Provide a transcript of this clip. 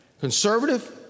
conservative